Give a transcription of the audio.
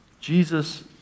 Jesus